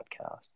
podcast